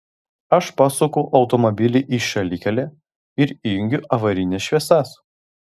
aš pasuku automobilį į šalikelę ir įjungiu avarines šviesas